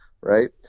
right